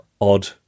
odd